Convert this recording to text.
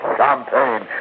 champagne